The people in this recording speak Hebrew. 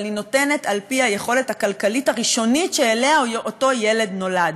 אבל היא נותנת על-פי היכולת הכלכלית הראשונית שאליה אותו ילד נולד,